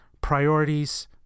priorities